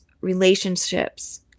relationships